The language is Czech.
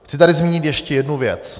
Chci tady zmínit ještě jednu věc.